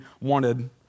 wanted